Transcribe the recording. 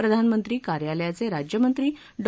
प्रधानमंत्री कार्यालयाचे राज्यमंत्री डॉ